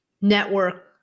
network